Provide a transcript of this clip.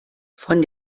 von